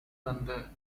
வந்த